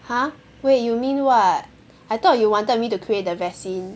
!huh! wait you mean what I thought you wanted me to create the vaccine